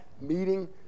meeting